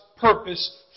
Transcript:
purpose